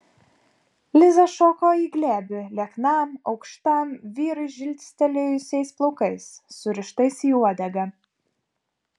liza šoko į glėbį lieknam aukštam vyrui žilstelėjusiais plaukais surištais į uodegą